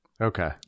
Okay